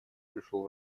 пришел